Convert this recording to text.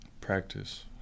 practice